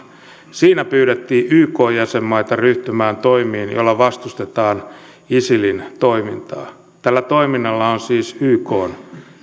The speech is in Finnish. siinä pyydettiin ykn jäsenmaita ryhtymään toimiin joilla vastustetaan isilin toimintaa tällä toiminnalla on siis ykn